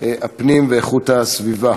הפנים והגנת הסביבה.